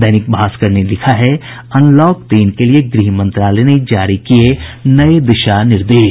दैनिक भास्कर ने लिखा है अनलॉक तीन के लिए गृह मंत्रालय ने जारी किये नये दिशा निर्देश